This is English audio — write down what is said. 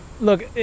look